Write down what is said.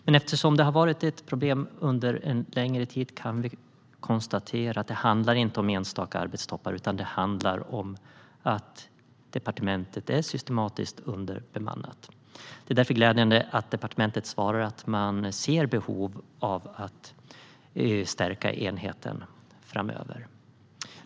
Men eftersom det här har varit ett problem under en längre tid kan vi konstatera att det inte handlar om enstaka arbetstoppar utan om att departementet är systematiskt underbemannat. Det är därför glädjande att departementet svarar att man ser behov av att stärka enheten framöver.